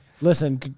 Listen